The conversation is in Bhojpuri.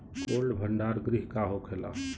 कोल्ड भण्डार गृह का होखेला?